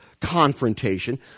confrontation